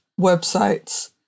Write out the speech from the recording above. websites